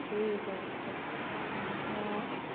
ठीक है तब हाँ